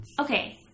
Okay